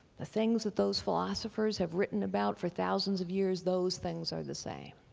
the things that those philosophers have written about for thousands of years, those things are the same.